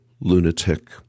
lunatic